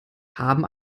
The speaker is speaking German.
haben